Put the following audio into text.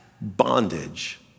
bondage